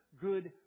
good